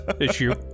issue